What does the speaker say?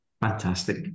Fantastic